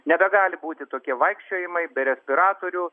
nebegali būti tokie vaikščiojimai be respiratorių